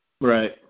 Right